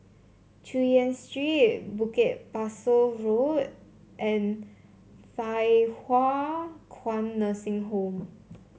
Chu Yen Street Bukit Pasoh Road and Thye Hua Kwan Nursing Home